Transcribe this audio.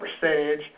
percentage